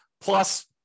plus